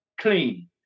clean